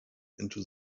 into